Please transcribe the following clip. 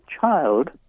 child